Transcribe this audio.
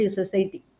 society